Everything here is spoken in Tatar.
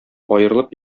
аерылып